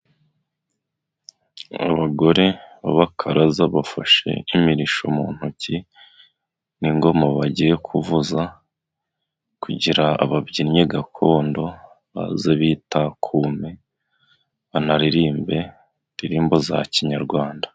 Abagore b'abakaraza bafashe imirishyo mu ntoki n'ingoma bagiye kuvuza, kugira ababyinnyi gakondo baze bitakume ,banaririmbe indirimbo za kinyarwanda.